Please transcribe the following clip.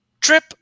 Trip